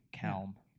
Calm